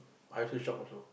I still shocked you know